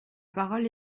parole